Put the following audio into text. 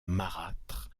marâtre